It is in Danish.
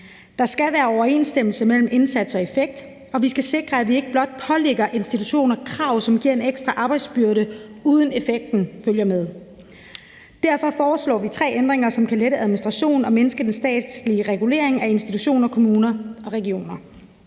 Der skal være overensstemmelse mellem indsats og effekt, og vi skal sikre, at vi ikke blot pålægger institutioner krav, som giver en ekstra arbejdsbyrde, uden at effekten følger med. Derfor foreslår vi tre ændringer, som kan lette administrationen og mindske den statslige regulering af institutioner, kommuner og regioner.